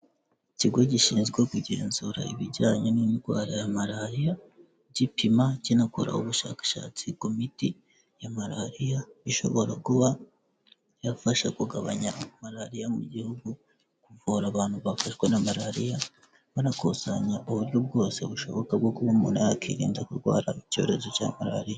Ikigo gishinzwe kugenzura ibijyanye n'indwara ya malariya, gipima kinakora ubushakashatsi ku miti ya malariya ishobora kuba yafasha kugabanya malariya mu gihugu, kuvura abantu bafashwe na malariya, banakusanya uburyo bwose bushoboka bwo kuba umuntu yakirinda kurwara icyorezo cya malariya.